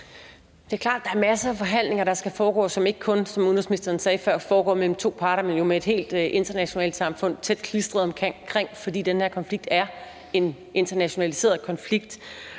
Det er klart, at der er masser af forhandlinger, der skal foregå, og som ikke kun, som udenrigsministeren sagde før, foregår mellem to parter, men jo med et helt internationalt samfund tæt klistret op ad det, fordi den her konflikt er en internationaliseret konflikt.